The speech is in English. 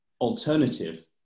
alternative